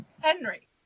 Henry